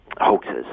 hoaxes